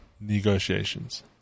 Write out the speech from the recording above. negotiations